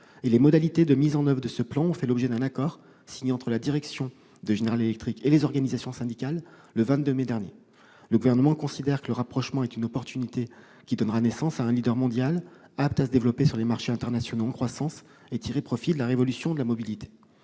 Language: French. Les modalités de mise en oeuvre de ce plan ont fait l'objet d'un accord signé entre la direction de General Electric et les organisations syndicales, le 22 mai dernier. Le Gouvernement considère que le rapprochement est une chance, qui donnera naissance à un mondial, apte à se développer sur les marchés internationaux en croissance et à tirer profit de la révolution de la mobilité.